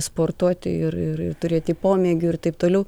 sportuoti ir turėti pomėgių irtaip toliau